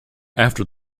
after